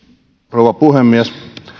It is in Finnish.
rouva puhemies